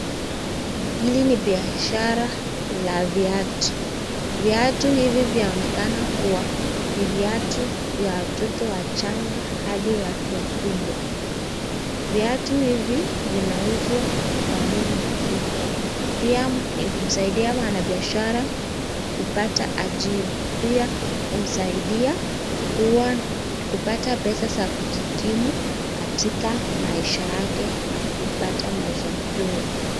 Hili ni biashara la viatu. Viatu hivi vinaonekana kuwa ni viatu vya watoto wachanga hadi watu wakubwa. Viatu hivi vinauzwa kwa bei nafuu. Pia humsaidia mwanabiashara kupata ajira, pia humsaidia kuwa kupata pesa za kujikimu katika maisha yake na kupata maisha mazuri.